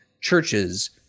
churches